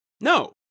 No